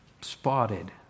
Spotted